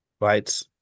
right